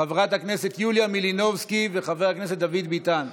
חברת הכנסת יוליה מלינובסקי וחבר הכנסת דוד ביטן,